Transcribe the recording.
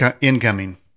incoming